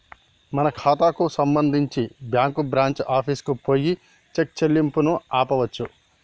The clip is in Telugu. మన ఖాతాకు సంబంధించి బ్యాంకు బ్రాంచి ఆఫీసుకు పోయి చెక్ చెల్లింపును ఆపవచ్చు